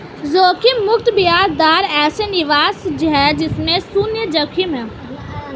जोखिम मुक्त ब्याज दर ऐसा निवेश है जिसमें शुन्य जोखिम है